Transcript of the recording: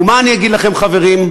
מה אני אגיד לכם, חברים?